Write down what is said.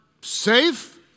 safe